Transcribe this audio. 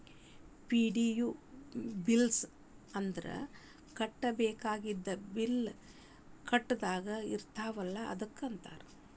ಪೆ.ಡಿ.ಯು bills ಅಂದ್ರ ಕಟ್ಟಬೇಕಾಗಿದ್ದ bill ಕಟ್ಟದ ಇರ್ತಾವಲ ಅದಕ್ಕ ಅಂತಾರ